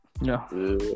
no